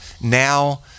Now